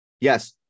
Yes